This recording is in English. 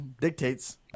dictates